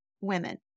women